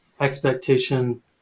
expectation